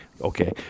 Okay